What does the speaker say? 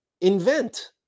invent